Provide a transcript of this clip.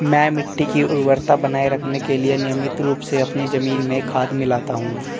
मैं मिट्टी की उर्वरता बनाए रखने के लिए नियमित रूप से अपनी जमीन में खाद मिलाता हूं